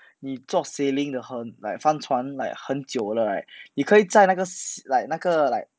你做 sailing 的很 like 翻船 like 很久了 right 你可以在那个 ss~ like 那个 like